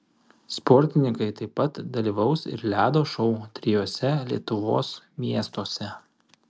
sportininkai taip pat dalyvaus ir ledo šou trijuose lietuvos miestuose